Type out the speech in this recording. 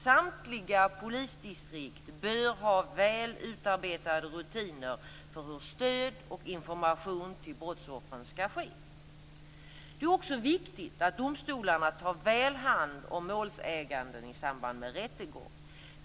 Samtliga polisdistrikt bör ha väl utarbetade rutiner för hur stöd och information till brottsoffren skall ske. Det är också viktigt att domstolarna tar väl hand om målsäganden i samband med rättegång.